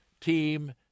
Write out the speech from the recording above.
team